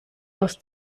aus